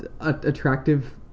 Attractive